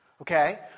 Okay